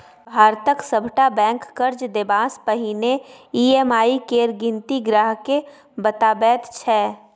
भारतक सभटा बैंक कर्ज देबासँ पहिने ई.एम.आई केर गिनती ग्राहकेँ बताबैत छै